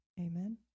Amen